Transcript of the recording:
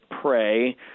pray